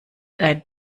dein